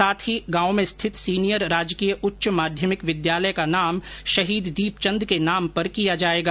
साथ ही गांव में स्थित सीनियर राजकीय उच्च माध्यमिक विद्यालय का नाम शहीद दीपचंद के नाम पर किया जायेगा